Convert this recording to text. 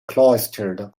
cloistered